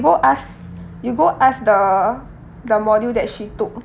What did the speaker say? go ask you go ask the the module that she took